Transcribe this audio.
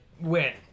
win